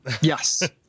yes